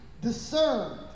discerned